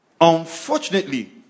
Unfortunately